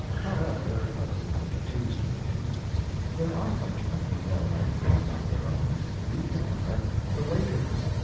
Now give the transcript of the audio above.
however, let us not be too sweeping there are frenchmen who know languages not their own these are the waiters.